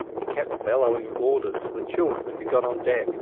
he kept bellowing orders for the children to be got on deck